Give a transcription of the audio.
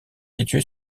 situé